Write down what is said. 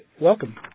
welcome